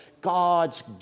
God's